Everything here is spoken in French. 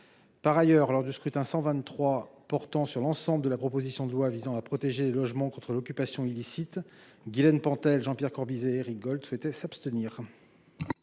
Par ailleurs, lors du scrutin 123 portant sur l'ensemble de la proposition de loi visant à protéger. Contre l'occupation illicite Guilaine Pentel Jean-Pierre Corbisez Éric Gold souhaitaient s'abstenir.